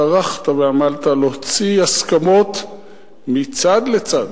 טרחת ועמלת להוציא הסכמות מצד לצד,